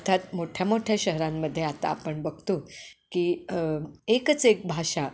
अर्थत मोठ्या मोठ्या शहरांमद्ये आता आपण बघतो की एकच एक भाषा